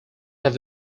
have